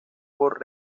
por